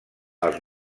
els